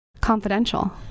Confidential